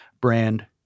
Brand